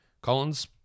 Collins